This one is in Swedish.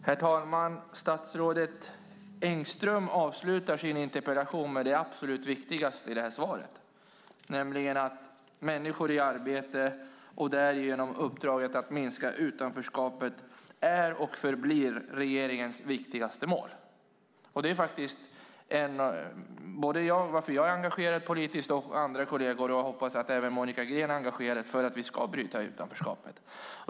Herr talman! Statsrådet Engström avslutade sitt interpellationssvar med det absolut viktigaste i detta svar, nämligen genom att säga att det är regeringens viktigaste mål att få fler människor i arbete och minska utanförskapet. Det är därför som jag och andra kolleger är politiskt engagerade, och jag hoppas att även Monica Green är engagerad för att vi ska bryta utanförskapet.